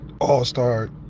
all-star